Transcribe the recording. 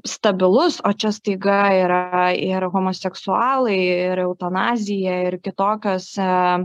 stabilus o čia staiga yra ir homoseksualai ir eutanazija ir kitokios